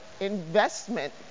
investment